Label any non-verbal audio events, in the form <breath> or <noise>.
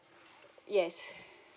yes <breath>